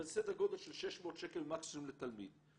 אבל סדר גודל של 600 שקל מקסימום לתלמיד.